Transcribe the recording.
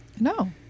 No